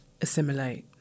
assimilate